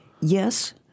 Yes